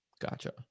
Gotcha